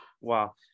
wow